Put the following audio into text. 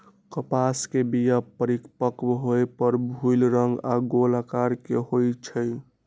कपास के बीया परिपक्व होय पर भूइल रंग आऽ गोल अकार के होइ छइ